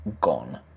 gone